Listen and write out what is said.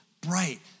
bright